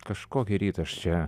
kažkokį rytą aš čia